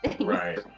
right